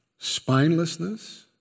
Spinelessness